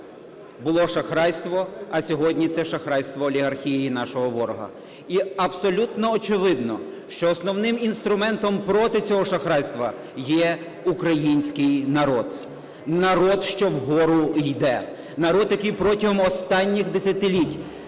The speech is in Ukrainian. було шахрайство, а сьогодні це шахрайство олігархії і нашого ворога. І абсолютно очевидно, що основним інструментом проти цього шахрайства є український народ, народ, що вгору йде, народ, який протягом останніх десятиліть